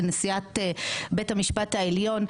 לנשיאת בית המשפט העליון.